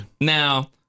Now